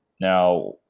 Now